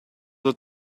have